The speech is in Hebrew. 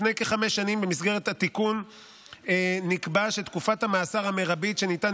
לפני כחמש שנים במסגרת התיקון נקבע שתקופת המאסר המרבית שניתן